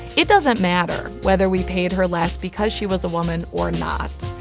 it doesn't matter whether we paid her less because she was a woman or not,